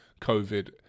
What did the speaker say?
COVID